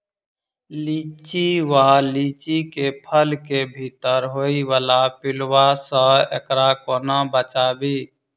लिच्ची वा लीची केँ फल केँ भीतर होइ वला पिलुआ सऽ एकरा कोना बचाबी?